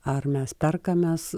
ar mes perkamemes